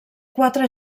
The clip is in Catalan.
quatre